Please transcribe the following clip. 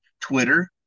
Twitter